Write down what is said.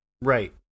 Right